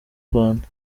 rwanda